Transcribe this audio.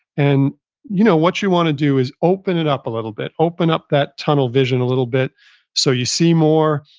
and you know what you want to do is open it up a little bit. open up that tunnel vision a little bit so you see more,